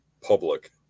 public